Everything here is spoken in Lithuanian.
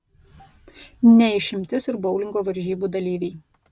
ne išimtis ir boulingo varžybų dalyviai